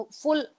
full